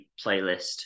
playlist